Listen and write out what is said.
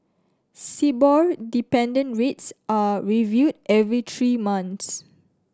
Sibor dependent rates are reviewed every three months